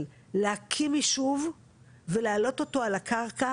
להקים ישוב ולהעלות אותו על הקרקע,